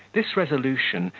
this resolution,